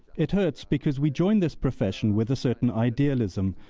it hurts because we join this profession with a certain idealism,